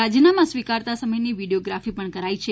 રાજીનામા સ્વીકારતા સમયની વિડિયોગ્રાફી પણ કરાઇ છે